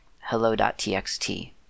hello.txt